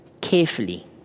carefully